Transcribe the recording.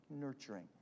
nurturing